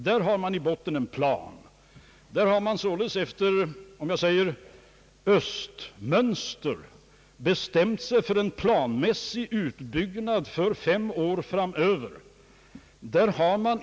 Där har man i botten en plan — man har efter östmönster, om jag skall kalla det så, bestämt sig för en planmässig utbyggnad fem år framöver.